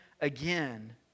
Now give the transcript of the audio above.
again